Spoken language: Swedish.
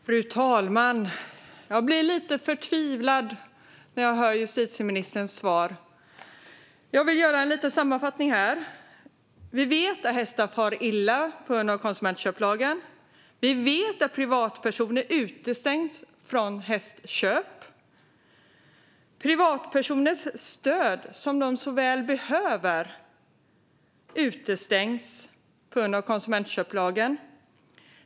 Fru talman! Jag blir lite förtvivlad när jag hör justitieministerns svar. Jag vill göra en liten sammanfattning. Vi vet att hästar far illa på grund av konsumentköplagen. Vi vet att privatpersoner utestängs från hästköp. Det stöd till privatpersoner som de så väl behöver utestängs på grund av konsumentköplagen.